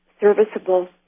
serviceable